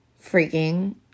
freaking